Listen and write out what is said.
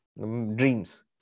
Dreams